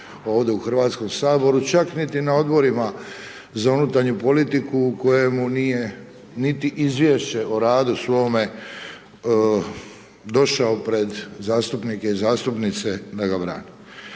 ovdje u Hrvatskom saboru, čak niti na Odborima za unutarnju politiku kojemu nije niti izvješće o radu svome došao pred zastupnike i zastupnice da ga brani.